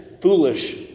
foolish